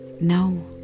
No